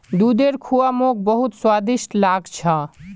दूधेर खुआ मोक बहुत स्वादिष्ट लाग छ